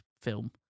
film